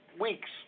weeks